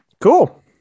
Cool